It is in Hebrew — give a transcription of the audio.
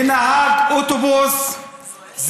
לנהג אוטובוס,